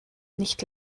nicht